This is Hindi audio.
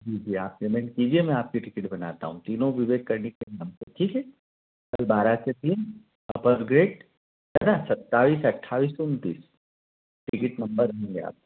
कीजिए आप पेमेंट कीजिए मैं आपकी टिकिट बनाता हूँ तीनों विवेक कर्निक के नाम पर ठीक है कल बारह से तीन अपर ग्रेट है ना सत्ताईस अट्ठाईस उनतीस टिकिट नंबर आपको